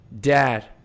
dad